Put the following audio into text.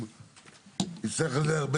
צריך להשתמש בתנועות הנוער,